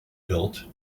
built